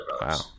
Wow